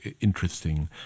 interesting